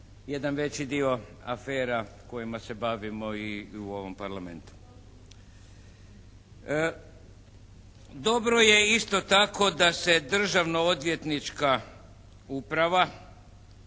jedan veći dio afera kojima se bavimo i u ovom Parlamentu. Dobro je isto tako da se Državno-odvjetnička uprava